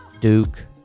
duke